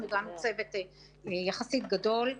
אנחנו גם צוות יחסית גדול.